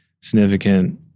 significant